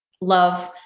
love